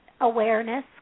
awareness